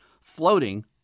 floating